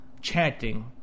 chanting